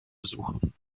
besuchen